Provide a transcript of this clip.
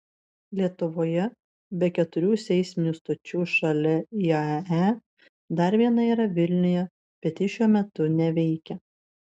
lietuvoje be keturių seisminių stočių šalia iae dar viena yra vilniuje bet ji šiuo metu neveikia